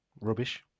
rubbish